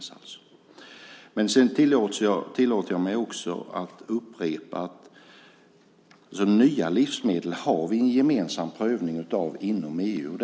Jag tillåter mig att upprepa att det sker en gemensam prövning av nya livsmedel inom EU.